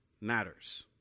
matters